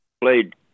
played